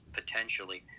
potentially